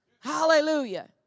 Hallelujah